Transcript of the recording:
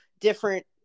different